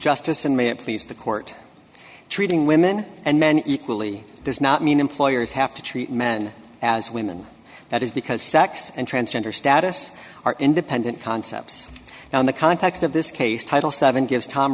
please the court treating women and men equally does not mean employers have to treat men as women that is because sex and transgender status are independent concepts now in the context of this case title seven gives tom